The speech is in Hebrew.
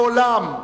לעולם,